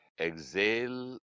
Exhale